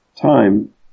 time